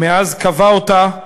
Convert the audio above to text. מאז קבע אותה